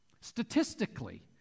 Statistically